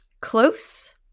close